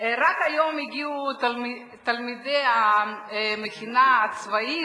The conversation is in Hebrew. רק היום הגיעו תלמידי המכינה הצבאית